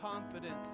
confidence